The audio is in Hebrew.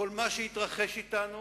כל מה שהתרחש אתנו